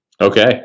Okay